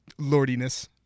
lordiness